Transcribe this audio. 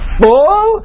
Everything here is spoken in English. full